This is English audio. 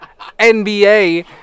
NBA